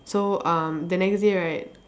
so um the next day right